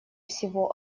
всего